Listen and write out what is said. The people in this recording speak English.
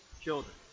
children